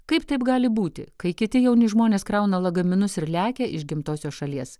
kaip taip gali būti kai kiti jauni žmonės krauna lagaminus ir lekia iš gimtosios šalies